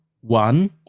one